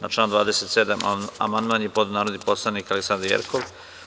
Na član 27. amandman je podneo narodni poslanik Aleksandra Jerkov.